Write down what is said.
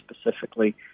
specifically